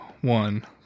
one